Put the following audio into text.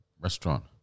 restaurant